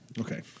Okay